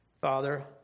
Father